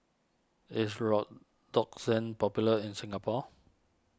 is Redoxon popular in Singapore